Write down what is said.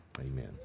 Amen